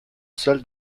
seul